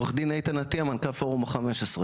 עורך דין איתן אטיה מנכל פורום ה-15.